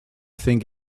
thing